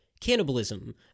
cannibalism